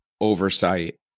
oversight